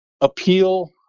appeal